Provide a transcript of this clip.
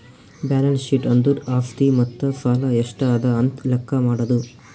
balance sheet ಅಂದುರ್ ಆಸ್ತಿ ಮತ್ತ ಸಾಲ ಎಷ್ಟ ಅದಾ ಅಂತ್ ಲೆಕ್ಕಾ ಮಾಡದು